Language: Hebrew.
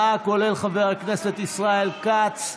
74, כולל חבר הכנסת ישראל כץ,